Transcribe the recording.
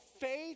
faith